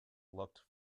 looked